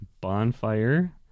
Bonfire